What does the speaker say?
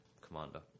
Commander